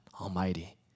Almighty